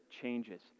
changes